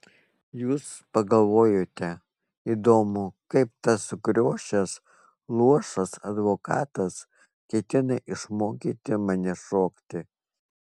jūs pagalvojote įdomu kaip tas sukriošęs luošas advokatas ketina išmokyti mane šokti